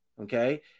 Okay